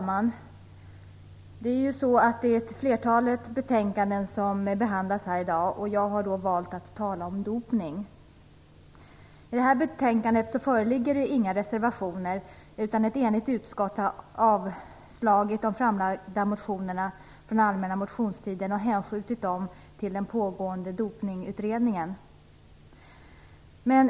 Herr talman! Ett flertal betänkanden behandlas i dag. Jag har valt att tala om dopning. I det aktuella betänkandet föreligger inga reservationer. Ett enigt utskott har avstyrkt de motioner som lades fram under den allmänna motionstiden och hänskjutit dem till den pågående dopningutredningen.